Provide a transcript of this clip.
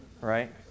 Right